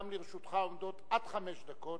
גם לרשותך עומדות עד חמש דקות.